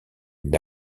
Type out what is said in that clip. une